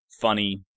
Funny